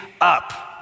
up